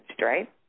right